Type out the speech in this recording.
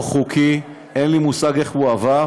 לא חוקי, ואין לי מושג איך הוא עבר,